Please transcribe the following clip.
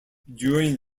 during